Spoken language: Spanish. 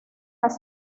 las